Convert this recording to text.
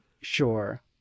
sure